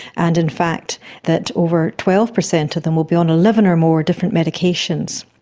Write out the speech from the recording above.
and in fact that over twelve percent of them would be on eleven or more different medications,